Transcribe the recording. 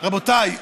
רבותיי,